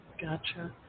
Gotcha